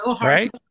Right